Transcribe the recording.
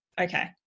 okay